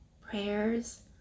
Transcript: prayers